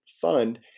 fund